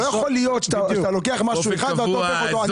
לא יכול להיות שאתה לוקח משהו אחד ואתה הופך אותו --- בדיוק,